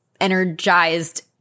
Energized